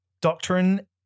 doctrine